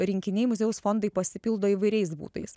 rinkiniai muziejaus fondai pasipildo įvairiais būdais